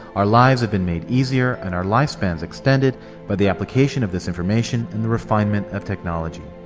our lives have been made easier and our lifespan extended by the application of this information and the refinement of technology.